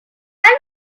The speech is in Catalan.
val